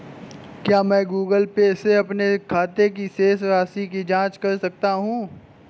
क्या मैं Google Pay से अपने खाते की शेष राशि की जाँच कर सकता हूँ?